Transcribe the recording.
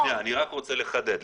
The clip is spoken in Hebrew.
אני רק רוצה לחדד,